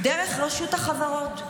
דרך רשות החברות,